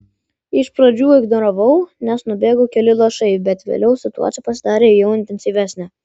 iš pradžių ignoravau nes nubėgo keli lašai bet vėliau situacija pasidarė jau intensyvesnė